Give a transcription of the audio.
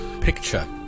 picture